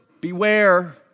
beware